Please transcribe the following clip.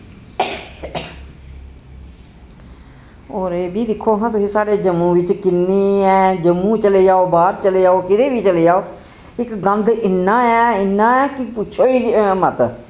होर एह् बी दिक्खो हां तुस साढ़े जम्मू बिच्च किन्नी ऐ जम्मू चली जाओ बाह्र चली जाओ किदे वी चले जाओ इक गंदा इन्ना ऐ इन्ना ऐ कि पुच्छो ही मत